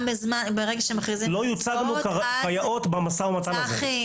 לא יוצגנו כיאות במשא ומתן הזה.